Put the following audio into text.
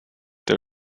der